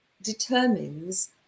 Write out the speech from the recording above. determines